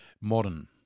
modern